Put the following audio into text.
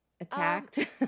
attacked